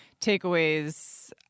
takeaways